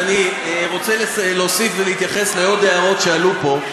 ואני רוצה להוסיף ולהתייחס לעוד הערות שעלו פה.